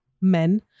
men